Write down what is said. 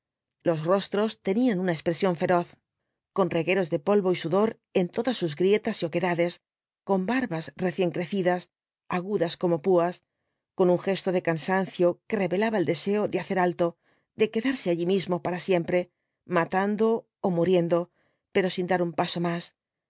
los rostros tenían una expresión feroz con regueros de polvo y sudor en todas sus grietas y oquedades con barbas recién crecidas agudas como púas con un gesto de cansancio que revelaba el deseo de hacer alto de quedarse allí mismo para siempre matando ó muriendo pero sin dar un paso más